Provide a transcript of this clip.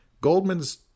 Goldman's